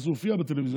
אז הוא הופיע בטלוויזיה,